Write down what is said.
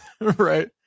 Right